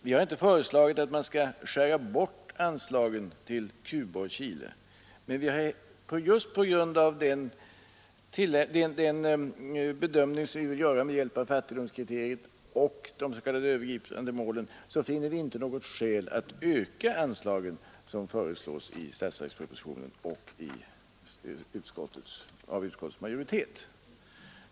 Vi har inte föreslagit att man skall skära bort anslagen till Cuba och Chile, men just på grund av den bedömning som vi vill göra med hjälp av fattigdomskriteriet och de s.k. övergripande målen finner vi inte något skäl till att öka anslagen som föreslås i statsverkspropositionen och av utskottets majoritet.